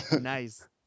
Nice